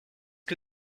que